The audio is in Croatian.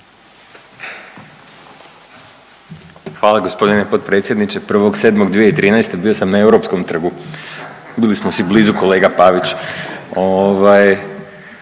Hvala gospodine potpredsjedniče. 1.7.2013. bio sam na Europskom trgu, bili smo si blizu kolega Pavić.